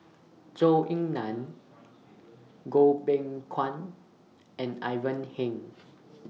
Zhou Ying NAN Goh Beng Kwan and Ivan Heng